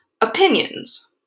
opinions